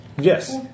Yes